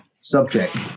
subject